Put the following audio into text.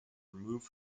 removed